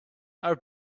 our